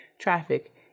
traffic